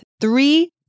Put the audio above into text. Three